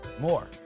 More